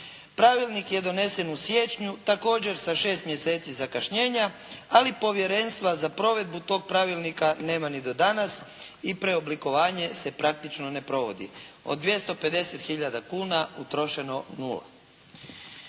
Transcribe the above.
pravilnik je donesen u siječnju također sa 6 mjeseci zakašnjenja, ali povjerenstva za provedbu tog pravilnika nema ni do danas i preoblikovanje se praktično ne provodi. Od 250 hiljada kuna utrošeno nula.